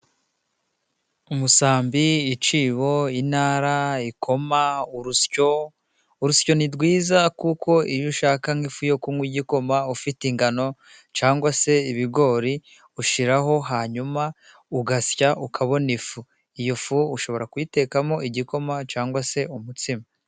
Umusambi ,icyibo ,intara ,ikoma ,urusyo . Urusyo ni rwiza kuko iyo ushaka nk'ifu yo kunywa igikoma ufite ingano cyangwa se ibigori ushyiraho hanyuma ugasya ukabona ifu. Iyo fu ushobora kuyitekamo igikoma cyangwa se umutsima.